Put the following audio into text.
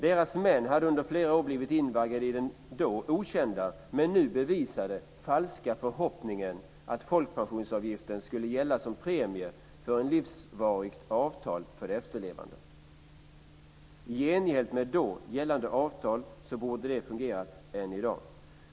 Deras män hade under flera år blivit invaggade i den då okända men nu bevisade falska förhoppningen att folkpensionsavgiften skulle gälla som premie för ett livsvarigt avtal för efterlevande. I enligt med då gällande avtal borde det ha fungerat än i dag.